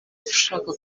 ushaka